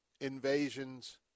invasions